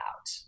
out